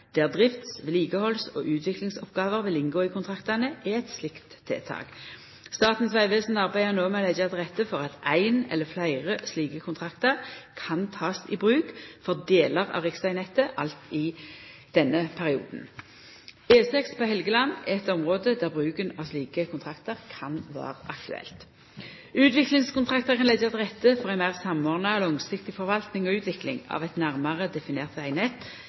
der drifts-, vedlikehalds-, og utviklingsoppgåver vil inngå i kontraktane, er eit slikt tiltak. Statens vegvesen arbeider no med å leggja til rette for at ein eller fleire slike kontraktar kan takast i bruk for delar av riksvegnettet alt i denne perioden. E6 på Helgeland er eit område der bruken av slike kontraktar kan vera aktuell. Utviklingskontraktar kan leggja til rette for ei meir samordna langsiktig forvalting og utvikling av eit nærare definert